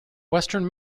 western